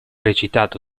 recitato